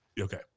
Okay